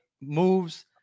moves